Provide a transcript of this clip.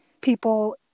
people